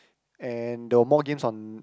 and there were more games on